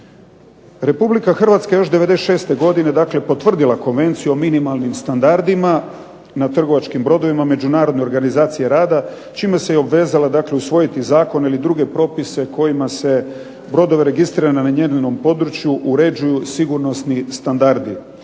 Republika Hrvatska još '96. godine dakle potvrdila konvenciju o minimalnim standardima, na trgovačkim brodovima, međunarodna organizacije rada, čime se i obvezala dakle usvojiti zakon ili druge propise kojima se brodove registrirane na njenom području uređuju sigurnosni standardi,